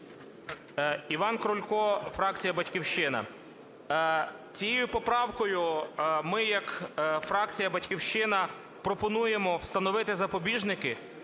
Іван Крулько, фракція "Батьківщина". Цією поправкою ми як фракція "Батьківщина" пропонуємо встановити запобіжники